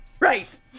right